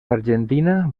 argentina